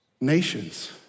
nations